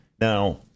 now